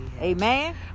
Amen